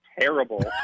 terrible